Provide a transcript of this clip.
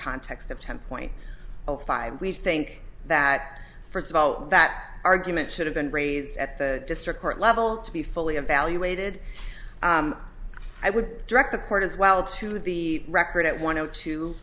context of ten point zero five we think that first of all that argument should have been raised at the district court level to be fully evaluated i would direct the court as well to the record at one o